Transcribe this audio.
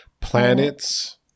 planets